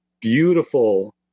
beautiful